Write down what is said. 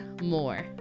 more